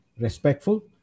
respectful